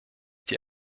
die